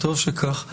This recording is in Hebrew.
טוב שכך.